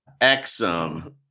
Exum